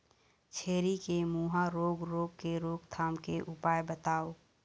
छेरी के मुहा रोग रोग के रोकथाम के उपाय बताव?